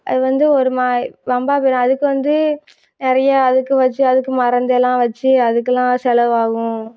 அது வந்து ஒரு மாதிரி வம்பாக போய்விடும் அதுக்கு வந்து நிறையா அதுக்கு வச்சு அதுக்கு மருந்தெல்லாம் வச்சு அதுக்கெல்லாம் செலவாகும்